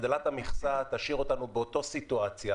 הגדלת המכסה תשאיר אותנו באותה סיטואציה